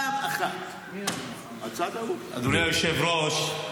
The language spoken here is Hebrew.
אדוני היושב-ראש,